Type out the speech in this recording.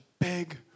big